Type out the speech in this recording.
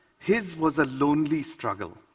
his was a lonely struggle,